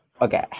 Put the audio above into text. Okay